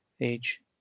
age